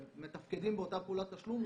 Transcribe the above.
שמתפקדים באותה פעולת תשלום.